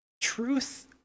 truth